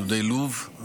יהודי לוב.